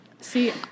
See